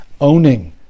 owning